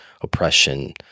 oppression